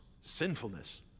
sinfulness